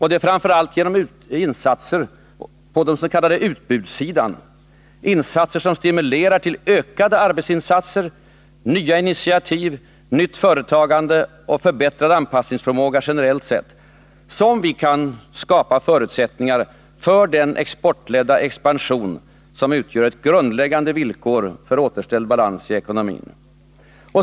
Det är framför allt genom insatser på den s.k. utbudssidan, insatser som stimulerar till ökade arbetsinsatser, nya initiativ, nytt företagande och förbättrad anpassningsförmåga generellt sett, som vi kan skapa förutsättningar för den exportledda expansion som utgör ett grundläggande villkor för återställd balans i vår ekonomi.